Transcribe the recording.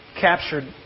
captured